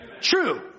True